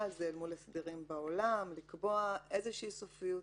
על זה מול הסדרים בעולם לקבוע איזושהי סופיות